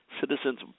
Citizens